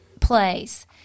place